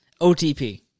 OTP